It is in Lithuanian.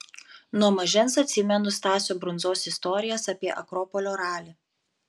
nuo mažens atsimenu stasio brundzos istorijas apie akropolio ralį